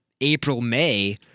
April-May